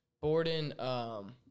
Borden